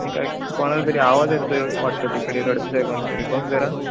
आणि काय कोणाचा तरी आवाज येतो आहे वाटतं तिकडे रडतं आहे कोणतरी बघ जरा